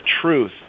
truth